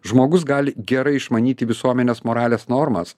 žmogus gali gerai išmanyti visuomenės moralės normas